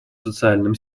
социальном